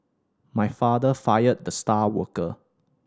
my father fired the star worker